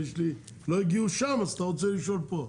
לא הגיעו שם, אז אתה רוצה לשאול פה.